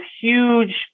huge